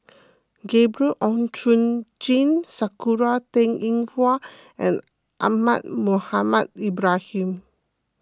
Gabriel Oon Chong Jin Sakura Teng Ying Hua and Ahmad Mohamed Ibrahim